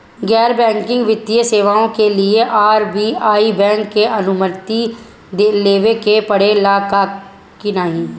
गैर बैंकिंग वित्तीय सेवाएं के लिए आर.बी.आई बैंक से अनुमती लेवे के पड़े ला की नाहीं?